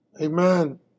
Amen